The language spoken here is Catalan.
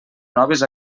noves